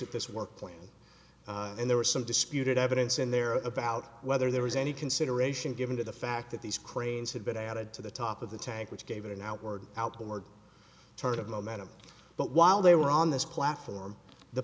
at this work plan and there was some disputed evidence in there about whether there was any consideration given to the fact that these cranes had been added to the top of the tank which gave it an outward outward turn of momentum but while they were on this platform the